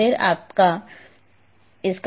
और फिर आप इसका लाभ ले सकते हैं